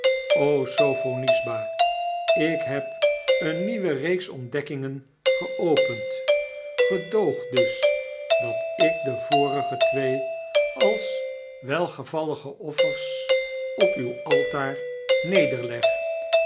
soho is ik heb eene nieuwe reeks ontdekkingen geopend gedoog dus dat ik de vorige twee als welge vallige offers op uw altaar nederleg